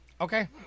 Okay